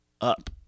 up